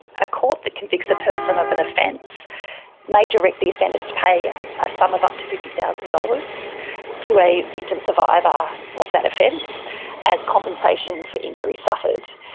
a court that convicts a person of an offence may direct the offender to to pay a sum of up to fifty thousand dollars to a victim survivor of that offence as compensation for injuries suffered.